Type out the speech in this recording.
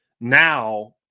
Now